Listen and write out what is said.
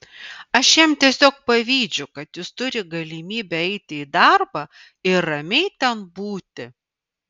aš jam tiesiog pavydžiu kad jis turi galimybę eiti į darbą ir ramiai ten būti